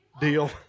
Deal